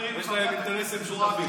יש להם אינטרסים משותפים.